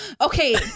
okay